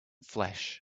flesh